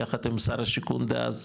יחד עם שר השיכון דאז,